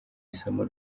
isomo